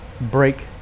break